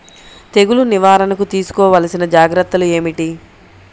తెగులు నివారణకు తీసుకోవలసిన జాగ్రత్తలు ఏమిటీ?